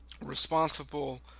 responsible